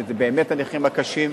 שזה באמת הנכים הקשים.